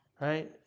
right